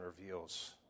reveals